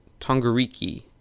Tongariki